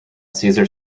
cesar